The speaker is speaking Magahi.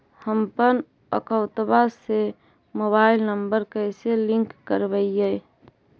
हमपन अकौउतवा से मोबाईल नंबर कैसे लिंक करैइय?